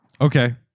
Okay